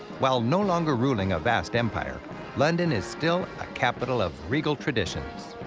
while no longer ruling a vast empire-london is still a capital of regal traditions.